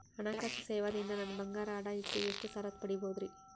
ಹಣಕಾಸು ಸೇವಾ ದಿಂದ ನನ್ ಬಂಗಾರ ಅಡಾ ಇಟ್ಟು ಎಷ್ಟ ಸಾಲ ಪಡಿಬೋದರಿ?